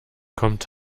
kommt